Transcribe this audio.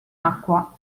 acqua